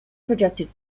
projected